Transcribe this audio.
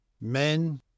men